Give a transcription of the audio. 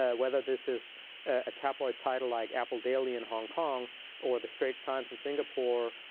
ah whether this is a tabloid title like apple daily in hong kong or the straits times in singapore,